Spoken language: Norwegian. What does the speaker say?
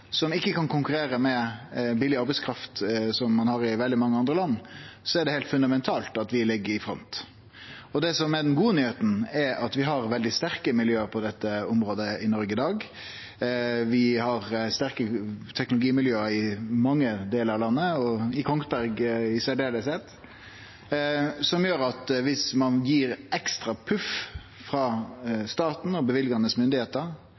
som ikkje kan konkurrere med billig arbeidskraft, som ein har i veldig mange andre land, er det heilt fundamentalt at vi ligg i front. Og det som er den gode nyheita, er at vi har veldig sterke miljø på dette området i Noreg i dag. Vi har sterke teknologimiljø i mange delar av landet og i Kongsberg spesielt, som gjer at dersom ein gir eit ekstra puff frå staten og løyvande myndigheiter